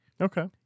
Okay